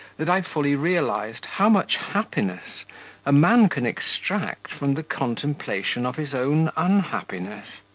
that i fully realised how much happiness a man can extract from the contemplation of his own unhappiness.